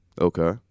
Okay